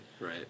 right